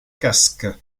casque